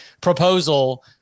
proposal